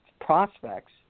prospects